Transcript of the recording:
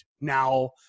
Now